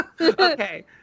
Okay